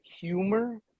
humor